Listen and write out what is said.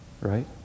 right